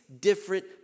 different